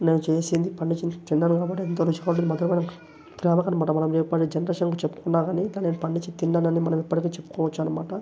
నేను చేసింది పండిచ్చింది తిన్నాను కాబట్టి అంత రుచిగా ఉంటుంది మధ్యలో ప్రేమగా అన్నమాట మనం పది జనరేషన్కి చెప్పుకున్నాకాని నేను పండిచ్చి తిన్నానని మనం ఎప్పటికి చెప్పుకోవచ్చనమాట